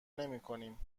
نمیکنیم